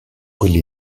quelli